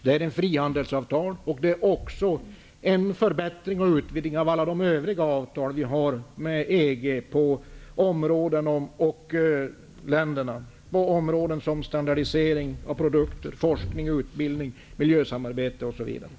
Det är ett frihandelsavtal och även en förbättring och utvidgning av alla de övriga avtal vi har med EG på områden som gäller standardisering av produkter, forskning, utbildning, miljösamarbete osv.